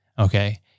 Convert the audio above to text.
Okay